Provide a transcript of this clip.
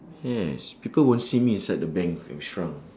yes people won't see me inside the bank I'm shrunk